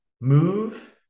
Move